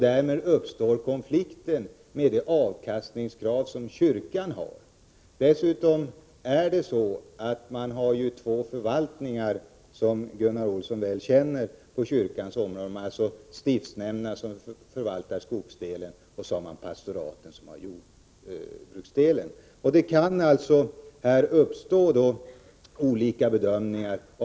Därmed uppstår konflikt på grund av det avkastningskrav som kyrkan har. Dessutom finns det inom kyrkans område, som Gunnar Olsson känner väl till, två förvaltningar — stiftshämnderna som förvaltar skogen och pastoraten som förvaltar jordbruket. Det kan då uppstå olika bedömningar.